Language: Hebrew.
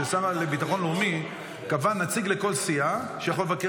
לא נתנו לי, כי אני לא פריבילג.